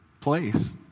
place